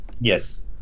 Yes